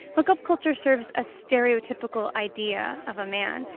hookup culture serves a stereotypical idea of a man.